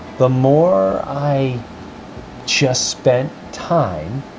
the more i just spent time.